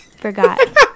forgot